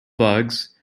bugs